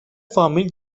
فامیل